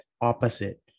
opposite